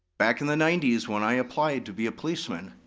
back in the ninety s, when i applied to be a policeman,